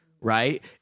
right